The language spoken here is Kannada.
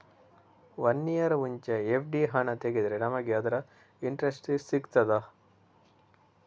ವನ್ನಿಯರ್ ಮುಂಚೆ ಎಫ್.ಡಿ ಹಣ ತೆಗೆದ್ರೆ ನಮಗೆ ಅದರ ಇಂಟ್ರೆಸ್ಟ್ ಸಿಗ್ತದ?